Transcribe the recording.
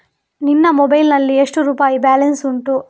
ನಿನ್ನ ಮೊಬೈಲ್ ನಲ್ಲಿ ಎಷ್ಟು ರುಪಾಯಿ ಬ್ಯಾಲೆನ್ಸ್ ಉಂಟು?